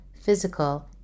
physical